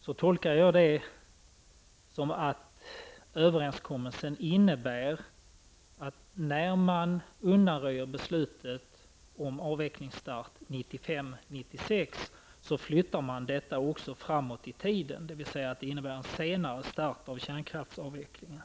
Jag tolkar det som att överenskommelsen innebär att när man undanröjer beslutet om avvecklingsstart 1995/1996, flyttar man också tidpunkten framåt i tiden, dvs. det innebär en senare start för kärnkraftsavvecklingen.